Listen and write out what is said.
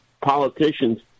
politicians